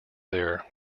there